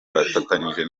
bafatanyije